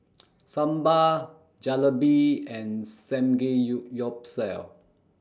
Sambar Jalebi and Samgeyuyopsal